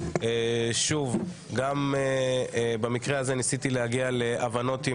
גם במקרה הזה ניסיתי להבנות עם